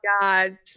God